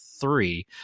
three